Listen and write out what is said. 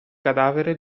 cadavere